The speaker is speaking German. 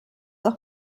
auch